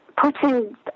Putting